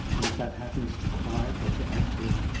and if that happens, too quiet or too active,